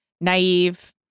naive